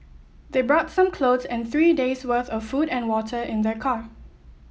they brought some clothes and three days worth of food and water in their car